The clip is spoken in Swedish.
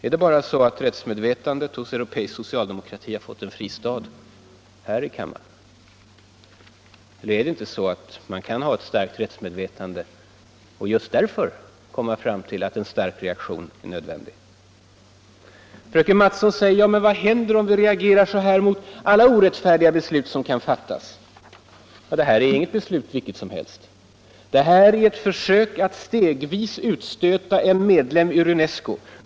Är det så att rättsmedvetandet hos europeisk socialdemokrati har fått en fristad här i kammaren, eller är det inte snarare så att man kan ha ett starkt rättsmedvetande och just därför komma fram till att en kraftfull reaktion är nödvändig? Fröken Mattson säger: Men vad händer om vi reagerar så här mot alla orättfärdiga beslut som kan fattas? Ja, det här är inget beslut vilket som helst. Det här är ett försök att stegvis utstöta en medlem ur UNES CO.